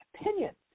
opinions